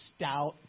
stout